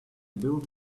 build